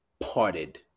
parted